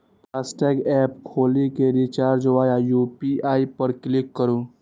FASTag app खोलि कें recharge via UPI पर क्लिक करू